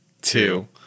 two